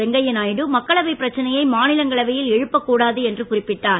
வெங்கையாநாயுடு மக்களவை பிரச்சனையை மாநிலங்களவையில் எழுப்பக்கூடாது என்று குறிப்பிட்டார்